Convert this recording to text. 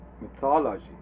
mythology